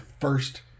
first